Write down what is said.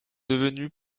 devenues